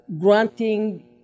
granting